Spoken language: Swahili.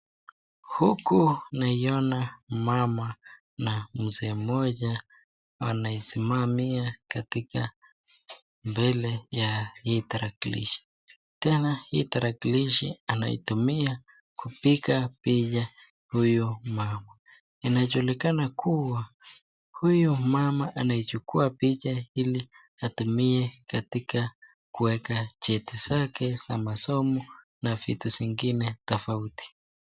Huku naiona mama na mzee moja anaisimamia katika mbele ya hii tarakilishi, tena hii tarakilishi anaitumia kupiga picha huyu mama. Inajulikana kuwa huyu mama anaichukua picha ili atumie katika kueka cheti zake za masomo na vitu zingine tofauti.